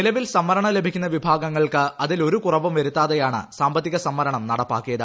നിലവിൽ സംവരണം ലഭിക്കുന്ന വിഭാഗങ്ങൾക്ക് അതിൽ ഒരു കുറവും വരുത്താതെയാണ് സാമ്പത്തിക സംവരണം നടപ്പാക്കിയത്